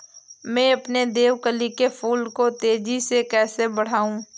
मैं अपने देवकली के फूल को तेजी से कैसे बढाऊं?